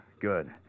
Good